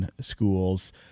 schools